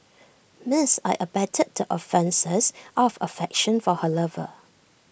Miss I abetted the offences out of affection for her lover